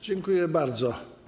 Dziękuję bardzo.